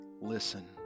Listen